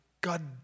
God